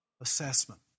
assessment